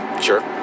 Sure